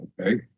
Okay